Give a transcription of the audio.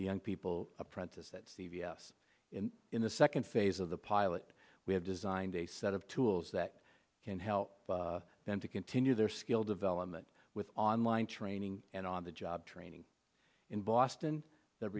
the young people apprentice at c v s in the second phase of the pilot we have designed a set of tools that can help them to continue their skill development with online training and on the job training in boston th